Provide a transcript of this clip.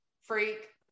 freak